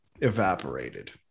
evaporated